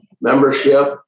membership